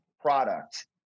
product